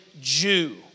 Jew